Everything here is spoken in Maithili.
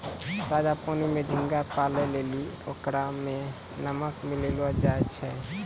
ताजा पानी में झींगा पालै लेली ओकरा में नमक मिलैलोॅ जाय छै